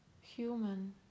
human